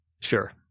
Sure